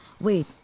wait